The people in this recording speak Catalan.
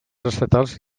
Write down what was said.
estatals